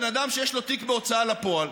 בן אדם שיש לו תיק בהוצאה לפועל,